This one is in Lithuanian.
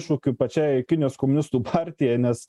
iššūkiu pačiai kinijos komunistų partijai nes